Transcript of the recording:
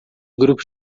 grupo